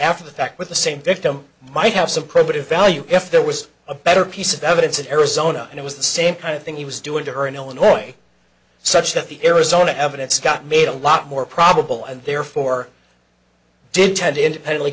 after the fact with the same victim might have some credit if value if there was a better piece of evidence in arizona and it was the same kind of thing he was doing to her in illinois such that the arizona evidence got made a lot more probable and therefore did tend independently